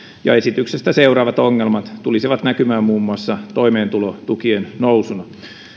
ja esityksestä seuraavat ongelmat tulisivat näkymään muun muassa toimeentulotukien nousuna